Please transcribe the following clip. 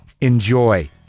Enjoy